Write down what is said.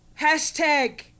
hashtag